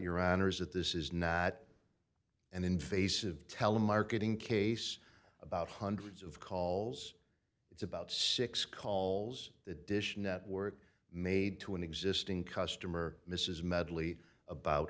that this is not and invasive telemarketing case about hundreds of calls it's about six calls the dish network made to an existing customer mrs medley about